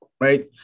right